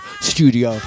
studio